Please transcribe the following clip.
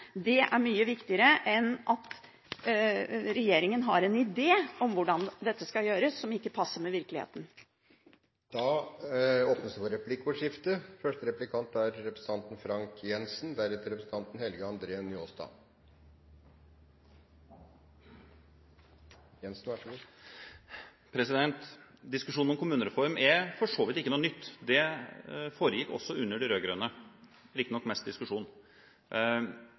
Det er mye viktigere enn at regjeringen har en idé om hvordan dette skal gjøres som ikke passer med virkeligheten. Det blir replikkordskifte. Diskusjonen om kommunereform er for så vidt ikke ny. Den foregikk også under de rød-grønne. Det var riktignok mest diskusjon. I et oppslag på nrk.no høsten 2010 fikk vi et eksempel på uttalelser fra daværende stortingsrepresentant Geir Ketil Hansen fra SV. Han svarer riktignok